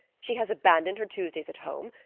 she has abandoned her tuesdays at home,